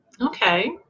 Okay